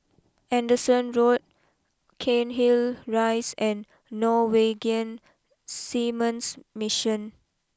Anderson Road Cairnhill Rise and Norwegian Seamens Mission